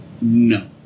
No